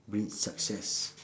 breed success